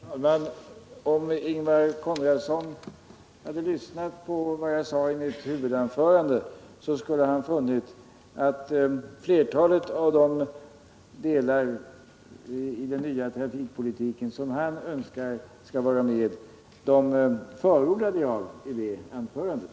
Herr talman! Om Ingemar Konradsson hade lyssnat på vad jag sade i mitt huvudanförande skulle han ha funnit att flertalet av de delar som han önskade skall vara med i den nya trafikpolitiken förordade jag i det anförandet.